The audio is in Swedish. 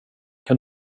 kan